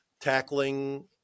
tackling